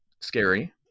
scary